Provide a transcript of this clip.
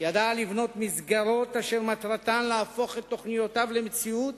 ידע לבנות מסגרות אשר מטרתן להפוך את תוכניותיו למציאות.